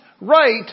right